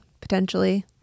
potentially